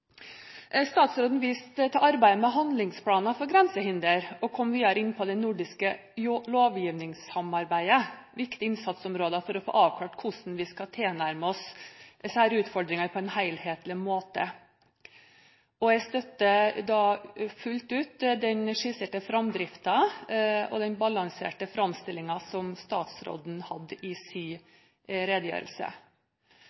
nordiske lovgivningssamarbeidet. Dette er viktige innsatsområder for å få avklart hvordan vi kan tilnærme oss utfordringene på en helhetlig måte. Jeg støtter fullt ut den skisserte framdriften og den balanserte framstillingen i statsrådens redegjørelse. Sluttrapporten fra ekspertgruppen som